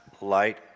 light